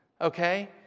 okay